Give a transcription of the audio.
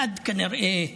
אחד כנראה,